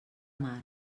mar